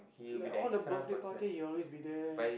like all the birthday party he always be there